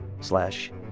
slash